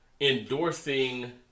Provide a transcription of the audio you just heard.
endorsing